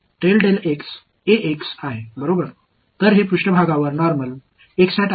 எனவே இது மேற்பரப்புகளை சாதாரண ஆக கருதுகிறது